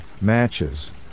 matches